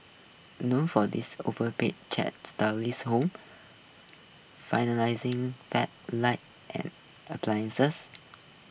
known for this overpriced chic stylish home lighting and appliances